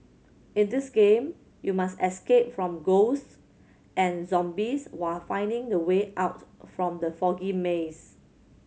in this game you must escape from ghosts and zombies while finding the way out from the foggy maze